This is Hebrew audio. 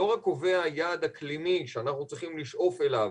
לא רק קובע יעד אקלימי שאנחנו צריכים לשאוף אליו,